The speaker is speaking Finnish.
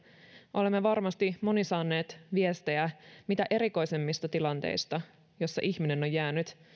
olemme varmasti monet saaneet viestejä mitä erikoisimmista tilanteista joissa ihminen on jäänyt